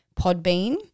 Podbean